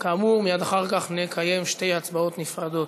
כאמור, מייד אחר כך נקיים שתי הצבעות נפרדות.